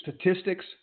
statistics